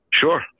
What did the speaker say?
Sure